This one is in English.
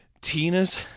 Tina's